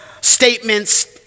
statements